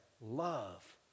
love